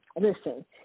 Listen